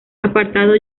apartado